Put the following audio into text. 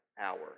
hour